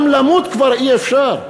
גם למות כבר אי-אפשר.